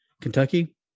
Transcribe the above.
Kentucky